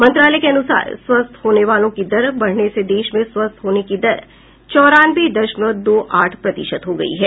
मंत्रालय के अनुसार स्वस्थ होने वालों की दर बढ़ने से देश में स्वस्थ होने की दर चौरानवे दशमलव दो आठ प्रतिशत हो गई है